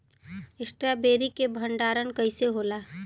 Strawberry के भंडारन कइसे होला?